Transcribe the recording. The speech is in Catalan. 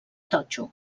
totxo